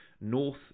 North